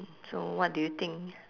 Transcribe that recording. so what do you think